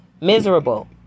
miserable